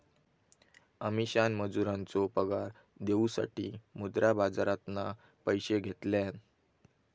अमीषान मजुरांचो पगार देऊसाठी मुद्रा बाजारातना पैशे घेतल्यान